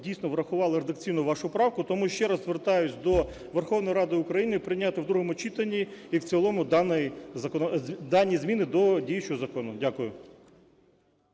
дійсно, врахували редакційно вашу правку. Тому ще раз звертаюся до Верховної Ради України прийняти в другому читанні і в цілому дані зміни до діючого закону. Дякую.